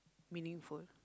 meaningful